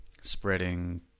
spreading